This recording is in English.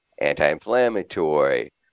Anti-inflammatory